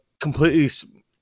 completely